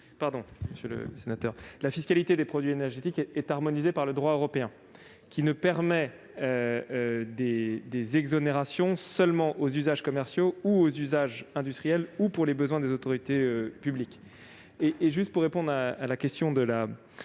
La fiscalité des produits énergétiques est harmonisée par le droit européen, qui ne permet des exonérations que pour les usages commerciaux et industriels ou pour les besoins des autorités publiques.